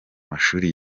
mashuri